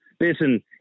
listen